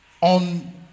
on